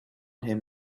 him